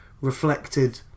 reflected